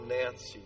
Nancy